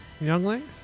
younglings